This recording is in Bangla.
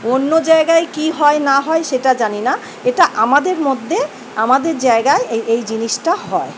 অন্য জায়গায় কী হয় না হয় সেটা জানি না এটা আমাদের মধ্যে আমাদের জায়গায় এই এই জিনিসটা হয়